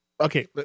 Okay